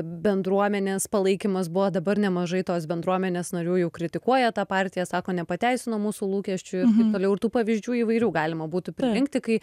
bendruomenės palaikymas buvo dabar nemažai tos bendruomenės narių jau kritikuoja tą partiją sako nepateisino mūsų lūkesčių ir taip toliau ir tų pavyzdžių įvairių galima būtų pririnkti kai